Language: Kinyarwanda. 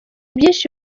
byinshi